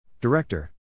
Director